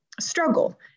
struggle